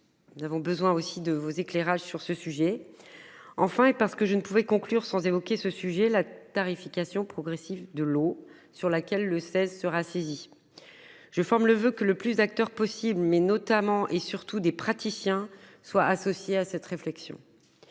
Nous avons besoin aussi de vos éclairages sur ce sujet. Enfin et parce que je ne pouvait conclure sans évoquer ce sujet la tarification progressive de l'eau sur laquelle le 16 sera saisi. Je forme le voeu que le plus d'acteurs possible mais notamment et surtout des praticiens soient associés à cette réflexion.